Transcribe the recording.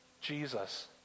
Jesus